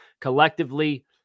collectively